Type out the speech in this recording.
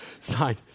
sign